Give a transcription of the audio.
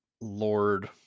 lord